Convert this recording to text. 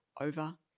over